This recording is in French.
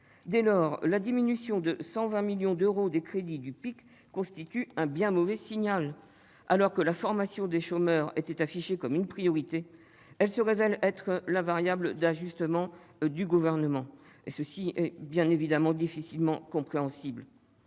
Dès lors, la diminution de 120 millions d'euros des crédits du PIC constitue un bien mauvais signal. Alors que la formation des chômeurs était affichée comme une priorité, elle se révèle constituer la variable d'ajustement du Gouvernement. C'est difficilement compréhensible.